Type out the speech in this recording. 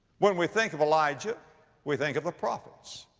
when we think of elijah we think of the prophets.